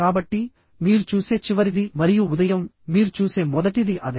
కాబట్టి మీరు చూసే చివరిది మరియు ఉదయం మీరు చూసే మొదటిది అదే